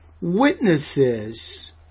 Witnesses